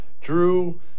Drew